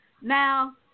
Now